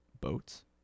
Boats